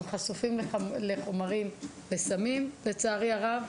הם חשופים לחומרים, לסמים, לצערי הרב.